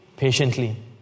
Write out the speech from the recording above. Patiently